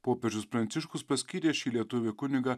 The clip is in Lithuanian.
popiežius pranciškus paskyrė šį lietuvį kunigą